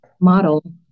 model